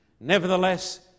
nevertheless